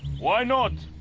why not?